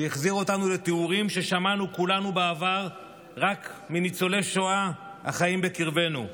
שהחזיר אותנו לתיאורים ששמענו כולנו בעבר רק מניצולי שואה החיים בקרבנו.